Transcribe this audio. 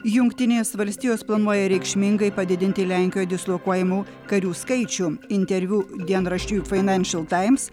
jungtinės valstijos planuoja reikšmingai padidinti lenkijoje dislokuojamų karių skaičių interviu dienraščiui fainanšel taims